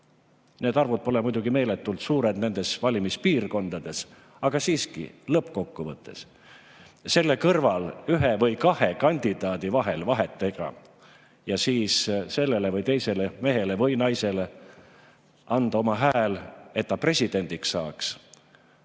Need arvud pole muidugi meeletult suured nendes valimispiirkondades, aga siiski lõppkokkuvõttes selle kõrval ühe või kahe kandidaadi vahel vahet teha ja siis sellele või teisele mehele või naisele anda oma hääl, et ta presidendiks saaks,